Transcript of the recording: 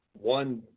one